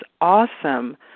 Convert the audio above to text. awesome